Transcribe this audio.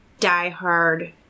diehard